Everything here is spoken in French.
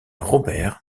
robert